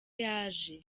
yaje